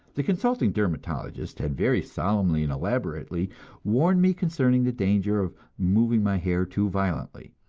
the consulting dermatologist had very solemnly and elaborately warned me concerning the danger of moving my hair too violently,